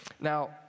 Now